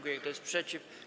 Kto jest przeciw?